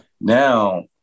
Now